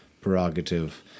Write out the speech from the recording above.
prerogative